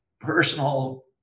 personal